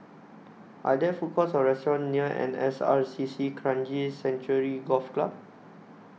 Are There Food Courts Or restaurants near N S R C C Kranji Sanctuary Golf Club